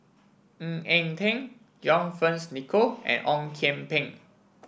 Ng Eng Teng John Fearns Nicoll and Ong Kian Peng